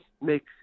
make